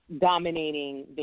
dominating